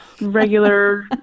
regular